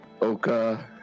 Oka